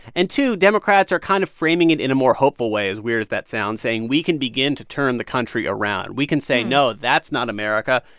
and two, democrats are kind of framing it in a more hopeful way, as weird as that sounds, saying, we can begin to turn the country around. we can say, no, that's not america.